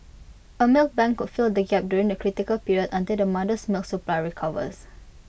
A milk bank could fill the gap during the critical period until the mother's milk supply recovers